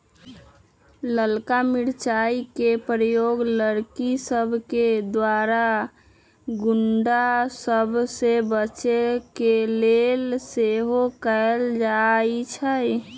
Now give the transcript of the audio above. ललका मिरचाइ के प्रयोग लड़कि सभके द्वारा गुण्डा सभ से बचे के लेल सेहो कएल जाइ छइ